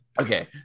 Okay